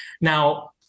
Now